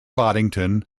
boddington